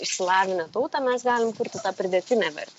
išsilavinę tautą mes galime kurti tą pridėtinę vertę